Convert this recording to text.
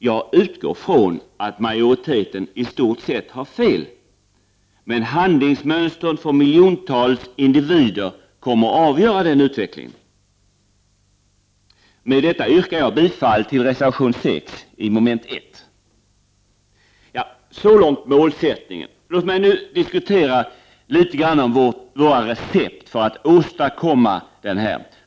Jag utgår från att majoriteten i stort sett har fel, men handlingsmönstren från miljontals individer kommer att avgöra utvecklingen. Med detta yrkar jag bifall till reservation 6 beträffande mom. 1 i skatteutskottets betänkande 10. Så långt målsättningen. Låt mig nu diskutera våra recept för att åstadkomma den.